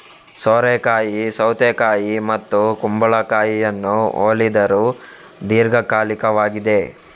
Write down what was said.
ಸೋರೆಕಾಯಿ ಸೌತೆಕಾಯಿ ಮತ್ತು ಕುಂಬಳಕಾಯಿಯನ್ನು ಹೋಲಿದರೂ ದೀರ್ಘಕಾಲಿಕವಾಗಿದೆ